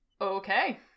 okay